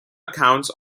accounts